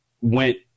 went